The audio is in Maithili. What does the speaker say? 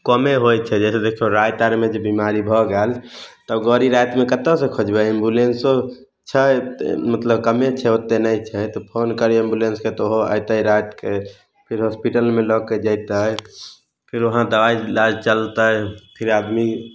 कमे होइ छै जइसे देखियौ राति आरमे जे बिमाड़ी भऽ गेल तऽ गड़ी रातिमे कत्तऽ सऽ खोजबै एम्बुलेन्सो छै मतलब कमे छै ओतेक नहि छै तऽ फोन करियै एम्बुलेन्सके तऽ ओहो अयतै रातिके फेर होस्पिटलमे लऽके जयतै फिर वहाँ दबाइ इलाज चलतै फिर आदमी